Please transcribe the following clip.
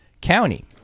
county